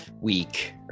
week